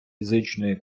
фізичної